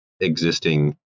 existing